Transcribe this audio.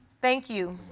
thank you.